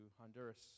Honduras